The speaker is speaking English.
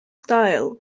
style